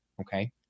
Okay